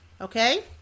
okay